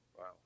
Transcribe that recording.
Wow